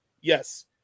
Yes